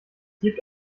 gibt